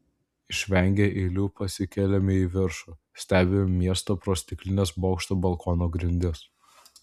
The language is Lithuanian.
išvengę eilių pasikeliame į viršų stebime miestą pro stiklines bokšto balkono grindis